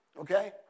okay